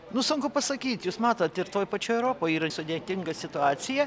nu sunku pasakyt jūs matote ir toj pačioj europoj yra sudėtinga situacija